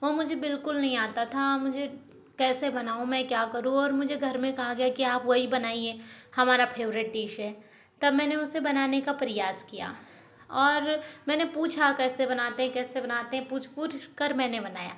वो मुझे बिल्कुल नहीं आता था मुझे कैसे बनाऊँ मैं क्या करूँ और मुझे घर में कहा गया कि आप वही बनाइए हमारा फेवरेट डिश है तब मैंने उसे बनाने का प्रयास किया और मैंने पूछा कैसे बनाते है कैसे बनाते हैं पूछ पूछकर मैंने बनाया